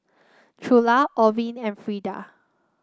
Trula Orvin and Frida